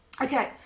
Okay